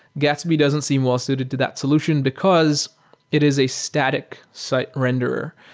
gatsby doesn't seem well suited to that solution because it is a static site renderer.